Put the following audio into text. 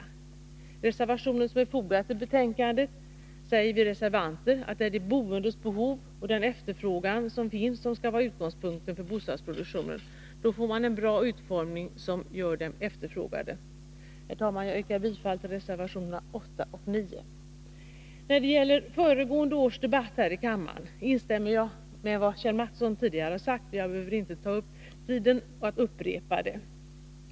I reservationer som är fogade till betänkandet säger vi reservanter att det är de boendes behov och den efterfrågan som finns som skall vara utgångspunkten för bostadsproduktionen. Då får man en bra utformning som gör bostäderna efterfrågade. Herr talman! Jag yrkar bifall till reservationerna 8 och 9. När det gäller föregående års debatt här i kammaren instämmer jag med vad Kjell Mattsson tidigare har sagt, och jag behöver inte ta upp tiden med att upprepa det.